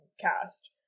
cast